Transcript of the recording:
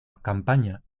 campaña